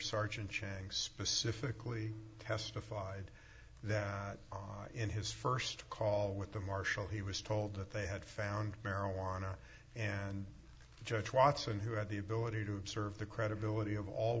sergeant chang specifically testified that in his first call with the marshal he was told that they had found marijuana and george watson who had the ability to serve the credibility of all